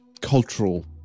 cultural